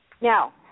Now